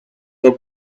the